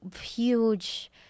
huge